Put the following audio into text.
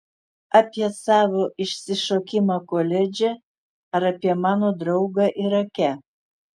apie savo išsišokimą koledže ar apie mano draugą irake